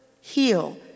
heal